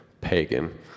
pagan